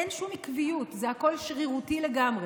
אין שום עקביות, זה הכול שרירותי לגמרי.